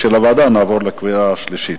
נעבור לקריאה שלישית.